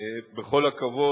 בכל הכבוד,